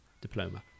diploma